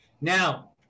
now